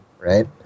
right